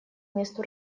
месту